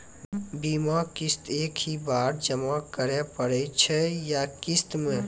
बीमा किस्त एक ही बार जमा करें पड़ै छै या किस्त मे?